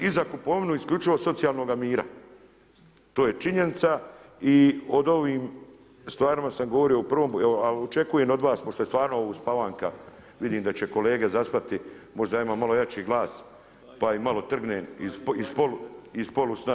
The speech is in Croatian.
I za kupovinu isključivo socijalnoga mira, to je činjenica i o ovim stvarima sam govorio u, ... ali očekujem od vas, pošto je stvarno uspavanaka, vidim da će kolege zaspati, možda ja imam malo jači glas pa ih malo trgnem iz polusna.